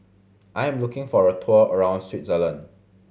I am looking for a tour around Switzerland